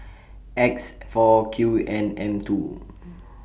X four Q N M two